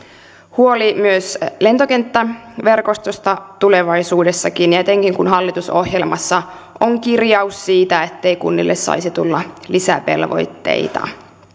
huoli myös lentokenttäverkostosta tulevaisuudessakin ja etenkin kun hallitusohjelmassa on kirjaus siitä ettei kunnille saisi tulla lisävelvoitteita